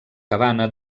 cabana